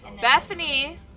Bethany